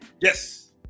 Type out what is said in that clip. yes